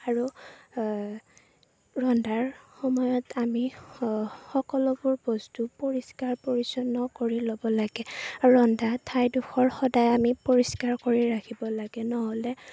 আৰু ৰন্ধাৰ সময়ত আমি স সকলোবোৰ বস্তু পৰিষ্কাৰ পৰিছন্ন কৰি ল'ব লাগে আৰু ৰন্ধা ঠাইডোখৰ আমি সদায় পৰিষ্কাৰ কৰি ৰাখিব লাগে নহ'লে